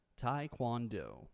Taekwondo